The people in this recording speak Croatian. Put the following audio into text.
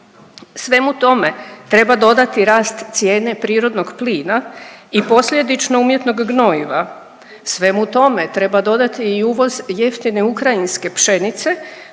Svemu tome treba dodati rast cijene prirodnog plina i posljedično umjetnog gnojiva. Svemu tome treba dodati i uvoz jeftine ukrajinske pšenice